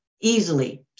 easily